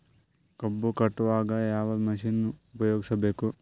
ಕಬ್ಬು ಕಟಾವಗ ಯಾವ ಮಷಿನ್ ಉಪಯೋಗಿಸಬೇಕು?